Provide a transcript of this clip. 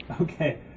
Okay